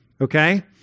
okay